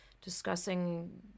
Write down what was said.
discussing